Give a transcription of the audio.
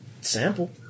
Sample